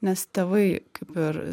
nes tėvai kaip ir